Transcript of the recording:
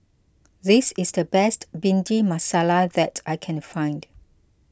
this is the best Bhindi Masala that I can find